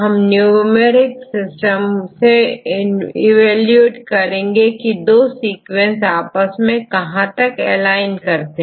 तो हम numeric system से इवेलुएट करेंगे की दो सीक्वेंस आपस में कहां तक एलाइन करते हैं